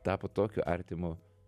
tapo tokiu artimu